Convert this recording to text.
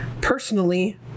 personally